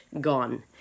gone